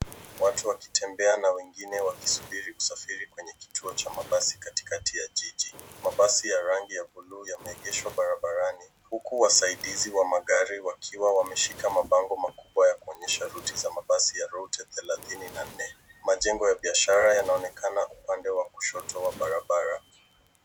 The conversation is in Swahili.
Watu wakitembea na wengine wakisubiri kusafiri kwenye kituo cha mabasi katikati ya jiji. Mabasi ya rangi ya bluu yameegeshwa barabarani huku wasaidizi wa magari wakiwa wameshika mabango ya makubwa ya kuonyesha route za mabasi ya route thelathini na nne. Majengo ya biashara yanaonekana upande wa kushoto wa barabara.